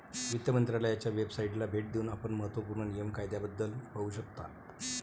वित्त मंत्रालयाच्या वेबसाइटला भेट देऊन आपण महत्त्व पूर्ण नियम कायद्याबद्दल पाहू शकता